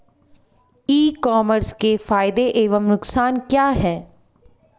ई commerce के फायदे एवं नुकसान क्या हैं?